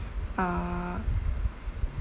uh